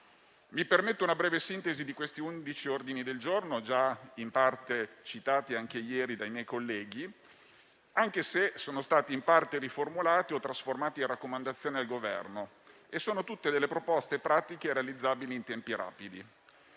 Mi permetto una breve sintesi di questi undici ordini del giorno, già in parte citati anche ieri dai miei colleghi, anche se sono stati in parte riformulati o trasformati in raccomandazione dal Governo; sono tutte proposte pratiche e realizzabili in tempi rapidi.